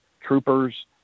troopers